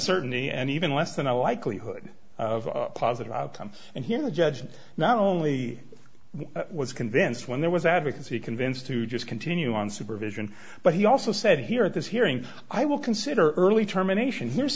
certainty and even less than a likelihood of a positive outcome and here the judge not only was convinced when there was advocacy convinced to just continue on supervision but he also said here at this hearing i will consider early terminations here